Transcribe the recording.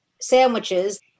sandwiches